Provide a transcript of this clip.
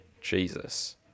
Jesus